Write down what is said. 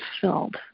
filled